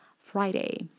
Friday